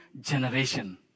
generation